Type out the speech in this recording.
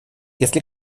если